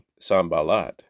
Sambalat